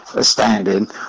standing